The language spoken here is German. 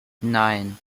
nein